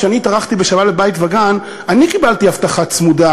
כשאני התארחתי בשבת בבית-וגן קיבלתי אבטחה צמודה,